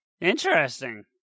Interesting